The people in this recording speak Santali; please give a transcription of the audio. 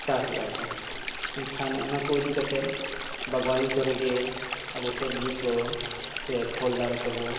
ᱪᱟᱥ ᱮᱜᱼᱟ ᱠᱚ ᱮᱱᱠᱷᱟᱱ ᱚᱱᱟ ᱠᱚ ᱤᱫᱤ ᱠᱟᱛᱮᱫ ᱵᱟᱜᱽᱣᱟᱱᱤ ᱠᱚᱨᱮ ᱜᱮ ᱟᱵᱚ ᱥᱚᱵᱽᱡᱤ ᱠᱚ ᱥᱮ ᱯᱷᱚᱞ ᱫᱟᱨᱮ ᱠᱚᱵᱚ